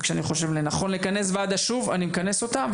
וכשאני חושב לנכון לכנס ועדה שוב אני מכנס אותה,